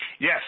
Yes